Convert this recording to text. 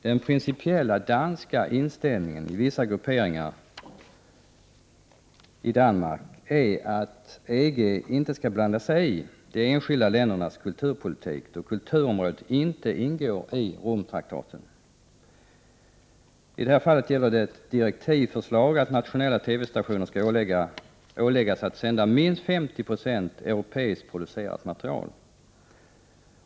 Den principiella danska inställningen i vissa grupperingar är att EG inte skall blanda sig i de enskilda ländernas kulturpolitik, då kulturområdet inte ingår i Rom-traktaten. Det gäller i det här fallet ett direktivförslag som går ut på att nationella TV-stationer skall åläggas att sända minst 50 76 europeiskt producerat material.